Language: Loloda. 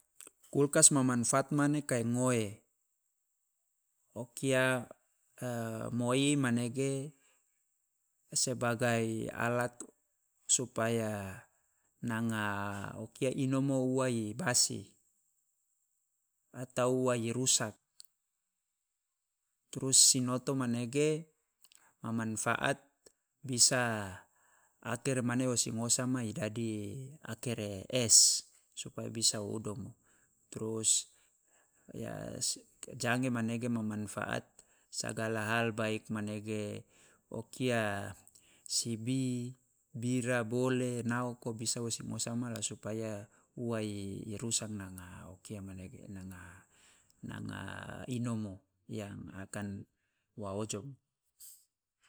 Kulkas ma manfaat manege kae ngoe, o kia moi manege sebagai alat supaya nanga kia inomo ua i basi atau ua i rusak. Trus sinoto manege ma manfaat bisa akere mane o si ngosa mai dadi akere es supaya bisa o udomo. Trus ya si- jange manege ma manfaat segala hal baik manege o kia sibi, bira, bole, naoko bisa o si ngosa ma la supaya ua i rusak nanga o kia manege nanga nanga inomo yang akan wa ojomo.